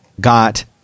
got